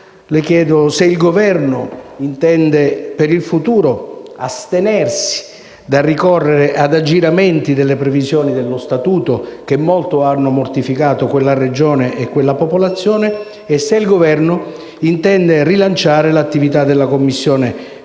le chiedo se il Governo intende per il futuro astenersi dal ricorrere ad aggiramenti delle previsioni dello Statuto che molto hanno mortificato quella Regione e quella popolazione e se intende rilanciare l'attività della Commissione